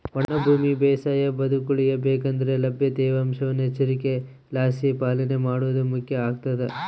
ಒಣ ಭೂಮಿ ಬೇಸಾಯ ಬದುಕುಳಿಯ ಬೇಕಂದ್ರೆ ಲಭ್ಯ ತೇವಾಂಶವನ್ನು ಎಚ್ಚರಿಕೆಲಾಸಿ ಪಾಲನೆ ಮಾಡೋದು ಮುಖ್ಯ ಆಗ್ತದ